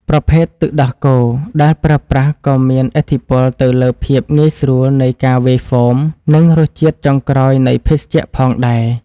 ប្រភេទទឹកដោះគោដែលប្រើប្រាស់ក៏មានឥទ្ធិពលទៅលើភាពងាយស្រួលនៃការវាយហ្វូម និងរសជាតិចុងក្រោយនៃភេសជ្ជៈផងដែរ។